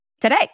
today